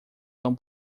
tão